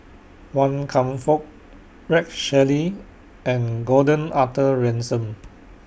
Wan Kam Fook Rex Shelley and Gordon Arthur Ransome